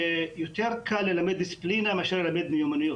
שיותר קל ללמד דיסציפלינה מאשר ללמד מיומנויות,